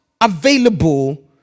available